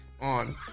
on